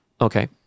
Okay